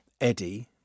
Eddie